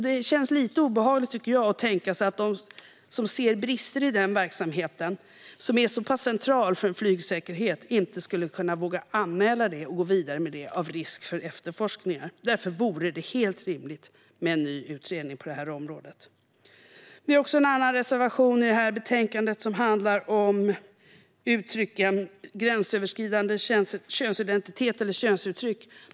Det känns lite obehagligt att tänka sig att de som ser brister i den verksamheten, som är så pass central för flygsäkerheten, inte skulle våga anmäla och gå vidare med det av rädsla för efterforskningar. Därför vore det helt rimligt med en ny utredning på det området. Vi har en annan reservation i detta betänkande som handlar om uttrycken gränsöverskridande könsidentitet eller gränsöverskridande könsuttryck.